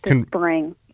spring